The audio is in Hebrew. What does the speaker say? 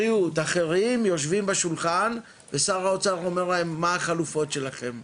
בריאות ואחרים יושבים בשולחן ושר האוצר אומר להם מה החלופות שלהם,